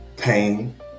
pain